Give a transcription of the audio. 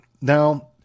Now